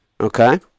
Okay